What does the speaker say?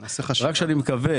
רק שאני מקווה